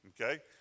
Okay